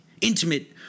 intimate